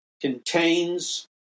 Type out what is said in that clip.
contains